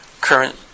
current